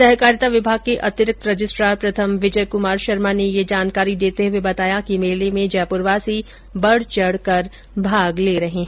सहकारिता विभाग के अतिरिक्त रजिस्ट्रार प्रथम विजय क्मार शर्मा ने ये जानकारी देते हए बताया कि मेले में जयप्रवासी बढचढकर भाग ले रहे है